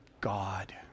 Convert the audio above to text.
God